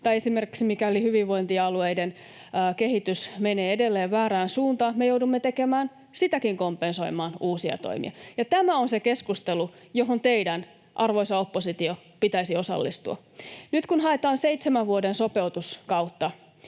tai esimerkiksi mikäli hyvinvointialueiden kehitys menee edelleen väärään suuntaan, me joudumme tekemään, sitäkin kompensoimaan, uusia toimia. Ja tämä on se keskustelu, johon teidän, arvoisa oppositio, pitäisi osallistua. Nyt kun haetaan seitsemän vuoden sopeutuskautta